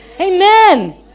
Amen